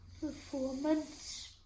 performance